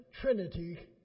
Trinity